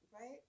Right